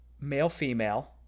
Male-female